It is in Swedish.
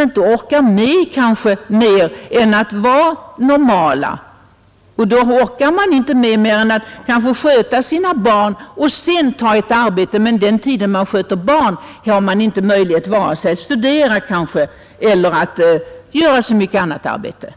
inte orkar med mer än att vara normala — att sköta sina barn och sedan ta ett arbete. Men under den tid man sköter barnen orkar man varken studera eller sköta något annat arbete.